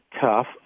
tough